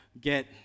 get